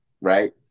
right